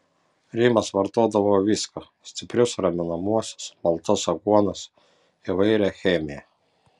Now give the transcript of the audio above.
rimas vartodavo viską stiprius raminamuosius maltas aguonas įvairią chemiją